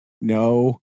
no